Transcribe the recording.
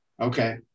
Okay